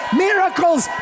miracles